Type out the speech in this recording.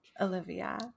Olivia